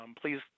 Please